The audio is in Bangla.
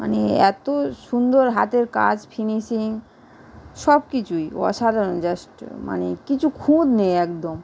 মানে এত সুন্দর হাতের কাজ ফিনিশিং সব কিছুই অসাধারণ জাস্ট মানে কিছু খুঁত নেই একদম